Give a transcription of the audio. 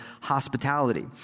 hospitality